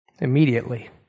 Immediately